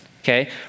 Okay